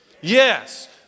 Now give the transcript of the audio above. Yes